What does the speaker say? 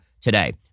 today